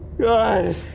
God